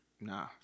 Nah